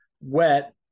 wet